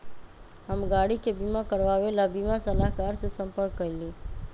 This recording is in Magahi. हम गाड़ी के बीमा करवावे ला बीमा सलाहकर से संपर्क कइली